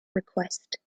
request